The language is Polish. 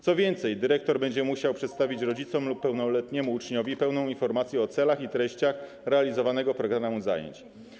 Co więcej, dyrektor będzie musiał przedstawić rodzicom lub pełnoletniemu uczniowi pełną informację o celach i treściach realizowanego programu zajęć.